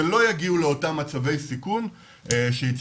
שלא יגיעו לאותם מצבי סיכום שהציגו.